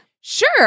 Sure